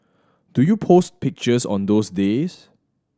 do you post pictures on those days